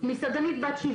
--- מסעדנית בת 70